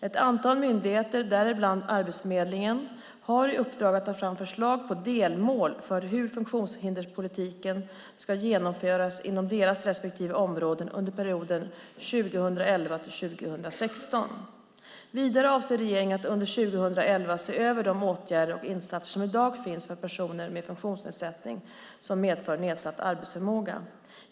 Ett antal myndigheter, däribland Arbetsförmedlingen, har i uppdrag att ta fram förslag på delmål för hur funktionshinderspolitiken ska genomföras inom deras respektive områden under perioden 2011-2016. Vidare avser regeringen att under 2011 se över de åtgärder och insatser som i dag finns för personer med funktionsnedsättning som medför nedsatt arbetsförmåga.